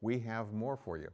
we have more for you